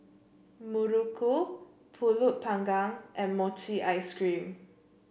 Muruku pulut Panggang and Mochi Ice Cream